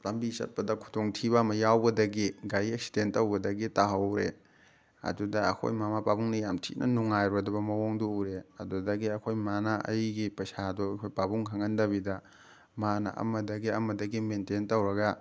ꯂꯝꯕꯤ ꯆꯠꯄꯗ ꯈꯨꯗꯣꯡ ꯊꯤꯕ ꯑꯃ ꯌꯥꯎꯕꯗꯒꯤ ꯒꯥꯔꯤ ꯑꯦꯛꯁꯤꯗꯦꯟ ꯇꯧꯕꯗꯒꯤ ꯇꯥꯍꯧꯔꯦ ꯑꯗꯨꯗ ꯑꯩꯈꯣꯏ ꯃꯃꯥ ꯄꯥꯕꯨꯡꯅ ꯌꯥꯝ ꯊꯤꯅ ꯅꯨꯡꯉꯥꯏꯔꯣꯏꯗꯕ ꯃꯑꯣꯡꯗꯨ ꯎꯔꯦ ꯑꯗꯨꯗꯒꯤ ꯑꯩꯈꯣꯏ ꯃꯃꯥꯅ ꯑꯩꯒꯤ ꯄꯩꯁꯥꯗꯨ ꯑꯩꯈꯣꯏ ꯄꯥꯕꯨꯡ ꯈꯪꯍꯟꯗꯕꯤꯗ ꯃꯥꯅ ꯑꯃꯗꯒꯤ ꯑꯃꯗꯒꯤ ꯃꯦꯟꯇꯦꯟ ꯇꯧꯔꯒ